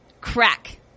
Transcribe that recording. Crack